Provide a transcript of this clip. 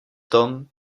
tom